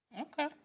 Okay